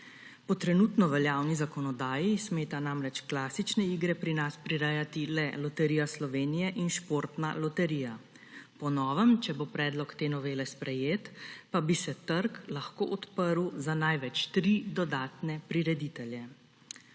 Po trenutno veljavni zakonodaji smeta namreč klasične igre pri nas prirejati le Loterija Slovenije in Športna loterija. Po novem, če bo predlog te novele sprejet, pa bi se trg lahko odprl za največ tri dodatne prireditelje.